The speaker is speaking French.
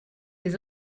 les